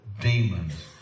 demons